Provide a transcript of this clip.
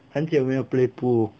很久没有 play pool